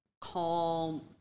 calm